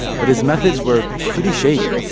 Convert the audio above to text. but his methods were pretty shady.